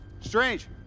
Strange